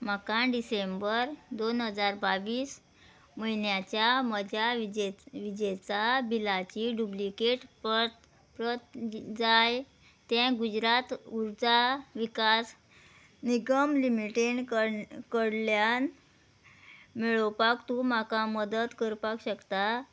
म्हाका डिसेंबर दोन हजार बावीस म्हयन्याच्या म्हज्या विजे विजेचा बिलाची डुब्लिकेट परत प्रत जाय तें गुजरात उर्जा विकास निगम लिमिटेड कड कडल्यान मेळोवपाक तूं म्हाका मदत करपाक शकता